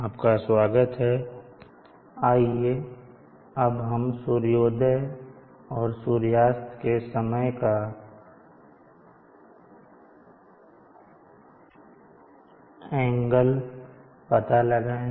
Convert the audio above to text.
आइए अब हम सूर्योदय और सूर्यास्त के समय का आंगन पता लगाएँ